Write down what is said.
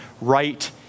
right